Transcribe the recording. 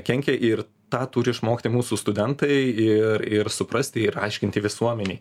kenkia ir tą turi išmokti mūsų studentai ir ir suprasti ir aiškinti visuomenei